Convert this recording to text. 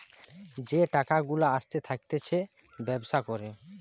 যেই টাকা গুলা আসতে থাকতিছে ব্যবসা করে